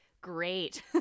Great